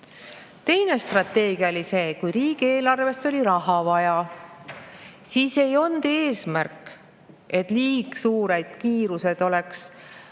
Teine strateegia oli see, kui riigieelarvesse oli raha vaja. Siis ei olnud eesmärk, et liiga suured kiirused oleks